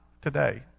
today